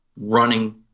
running